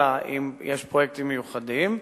אלא אם כן יש פרויקטים מיוחדים.